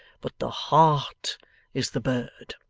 but the heart is the bird.